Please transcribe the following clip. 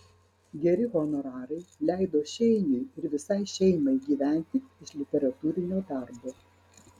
geri honorarai leido šeiniui ir visai šeimai gyventi iš literatūrinio darbo